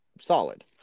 solid